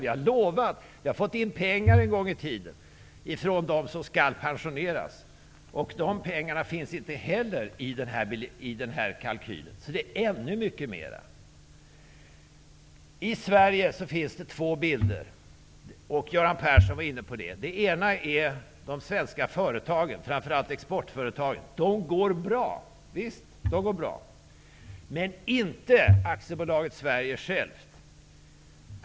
Vi har en gång i tiden fått in pengar från dem som skall pensioneras, och de pengarna finns inte heller med i den här kalkylen. I verkligheten är skulden alltså ännu mycket större. I Sverige finns det två bilder -- Göran Persson var inne på det. En är att de svenska företagen, framför allt exportföretagen, går bra. Visst, de går bra. Men det gör inte AB Sverige självt.